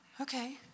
Okay